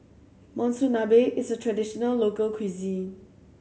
monsunabe is a traditional local cuisine